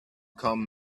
come